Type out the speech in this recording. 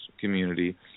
community